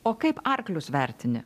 o kaip arklius vertini